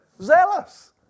Zealous